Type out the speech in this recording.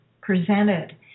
presented